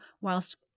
whilst